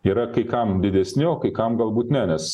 yra kai kam didesni o kai kam galbūt ne nes